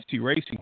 racing